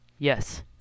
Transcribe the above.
yes